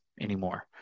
anymore